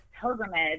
pilgrimage